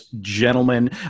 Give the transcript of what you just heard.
gentlemen